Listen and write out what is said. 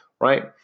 right